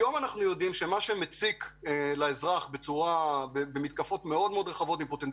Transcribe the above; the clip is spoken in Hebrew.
היום אנחנו יודעים שמה שמציק לאזרח במתקפות עם פוטנציאל